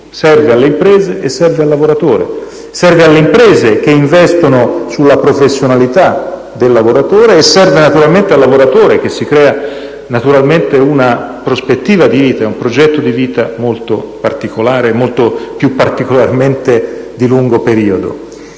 serve alle imprese e serve al lavoratore: serve alle imprese, che investono sulla professionalità del lavoratore, e serve naturalmente al lavoratore, che si crea una prospettiva di vita, un progetto di vita molto particolare e di lungo periodo.